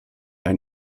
ein